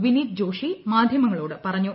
വിനീത് ജോഷി മാധ്യമങ്ങളോട് പറഞ്ഞു